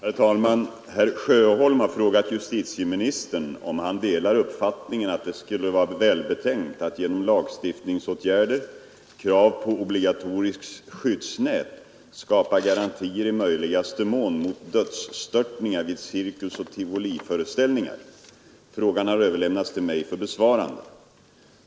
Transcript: Herr talman! Herr Sjöholm har frågat justitieministern om han delar uppfattningen att det skulle vara välbetänkt att genom lagstiftningsåtgärder — krav på obligatoriskt skyddsnät — skapa garantier i möjligaste mån mot dödsstörtningar vid cirkusoch tivoliföreställningar. Frågan har överlämnats till mig för besvarande.